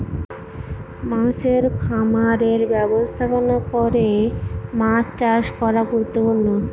মাছের খামারের ব্যবস্থাপনা করে মাছ চাষ করা গুরুত্বপূর্ণ